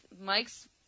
Mike's